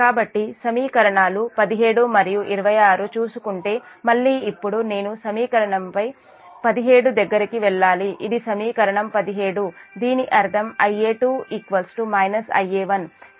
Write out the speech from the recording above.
కాబట్టి సమీకరణాలు 17 మరియు 26 చూసుకుంటే మళ్లీ ఇప్పుడు నేను సమీకరణపై 17 దగ్గరికి వెళ్ళాలి ఇది సమీకరణం 17 దీని అర్థం Ia2 Ia1